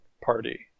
party